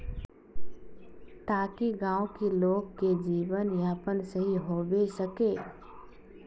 ताकि गाँव की लोग के जीवन यापन सही होबे सके?